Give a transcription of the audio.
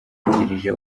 wungirije